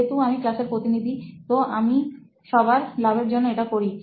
যেহেতু আমি ক্লাসের প্রতিনিধি তো আমি সবার লাভের জন্য এটা করি